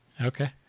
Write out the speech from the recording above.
Okay